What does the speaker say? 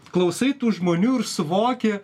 klausai tų žmonių ir suvoki